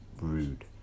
rude